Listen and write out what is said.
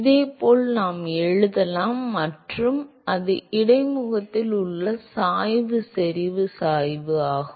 இதேபோல் நாம் எழுதலாம் மற்றும் அது இடைமுகத்தில் உள்ள சாய்வு செறிவு சாய்வு ஆகும்